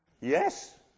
Yes